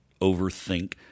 overthink